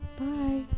bye